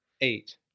eight